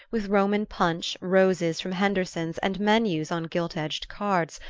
with roman punch, roses from henderson's, and menus on gilt-edged cards,